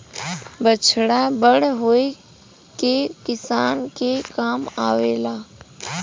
बछड़ा बड़ होई के किसान के काम आवेला